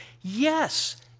Yes